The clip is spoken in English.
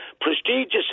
Prestigious